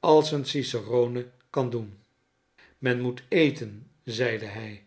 als een cicerone kan doen men moet eten zeide hij